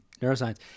neuroscience